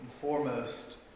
foremost